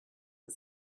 but